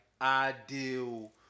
ideal